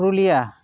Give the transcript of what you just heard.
Purulia